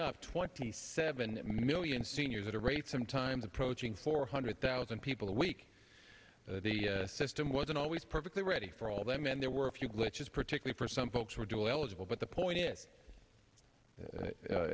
up twenty seven million seniors at a rate sometimes approaching four hundred thousand people a week the system wasn't always perfectly ready for all them and there were a few glitches particularly for some folks who are dual eligible but the point is